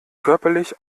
körperlich